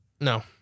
No